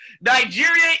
Nigeria